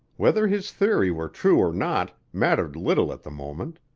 whether his theory were true or not mattered little at the moment.